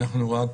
אנחנו רק